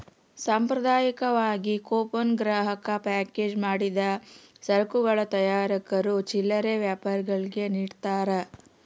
ಸಾಂಪ್ರದಾಯಿಕವಾಗಿ ಕೂಪನ್ ಗ್ರಾಹಕ ಪ್ಯಾಕೇಜ್ ಮಾಡಿದ ಸರಕುಗಳ ತಯಾರಕರು ಚಿಲ್ಲರೆ ವ್ಯಾಪಾರಿಗುಳ್ಗೆ ನಿಡ್ತಾರ